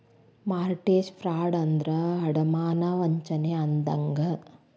mortgage fraud ಅಂದ್ರ ಅಡಮಾನ ವಂಚನೆ ಅಂದಂಗ